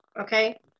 okay